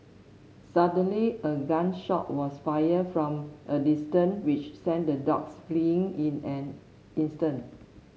suddenly a gun shot was fired from a distance which sent the dogs fleeing in an instant